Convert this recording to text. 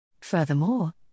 Furthermore